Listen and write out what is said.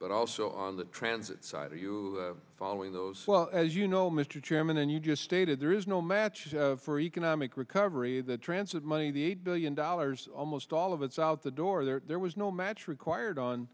but also on the transit side are you following those well as you know mr chairman and you just stated there is no match for economic recovery the transit money the eight billion dollars almost all of it's out the door there was no match required on